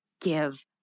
give